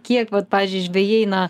kiek vat pavyzdžiui žvejai na